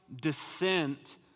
descent